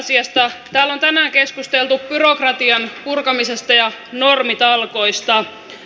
täällä on tänään keskusteltu byrokratian purkamisesta ja normitalkoista